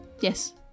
Yes